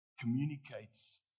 communicates